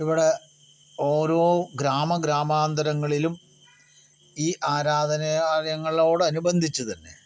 ഇവിടെ ഓരോ ഗ്രാമ ഗ്രാമാന്തരങ്ങളിലും ഈ ആരാധനാലയങ്ങളോടനുബന്ധിച്ച് തന്നെ